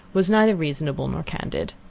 was neither reasonable nor candid.